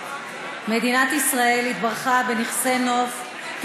מדינת ישראל התברכה בנכסי נוף,